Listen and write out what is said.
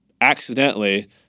accidentally